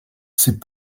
c’est